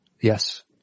Yes